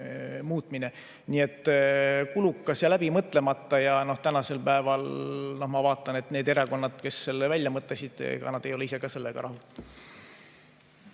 minna. Nii et kulukas ja läbimõtlemata. No tänasel päeval ma vaatan, et ega need erakonnad, kes selle välja mõtlesid, ei ole ise ka sellega rahul.